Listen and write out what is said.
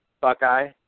Buckeye